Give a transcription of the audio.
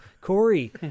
Corey